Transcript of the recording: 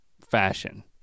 fashion